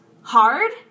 hard